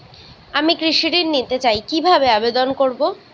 আমি কৃষি ঋণ নিতে চাই কি ভাবে আবেদন করব?